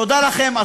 תודה לכם.